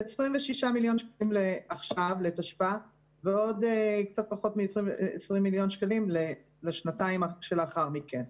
זה 26 מיליון שקלים לתשפ"א ועוד 20 מיליון שקלים לשנתיים שלאחר מכן.